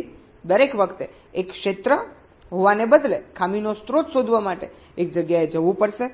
તેથી દરેક વખતે એક ક્ષેત્ર હોવાને બદલે ખામીનો સ્ત્રોત શોધવા માટે એક જગ્યાએ જવું પડશે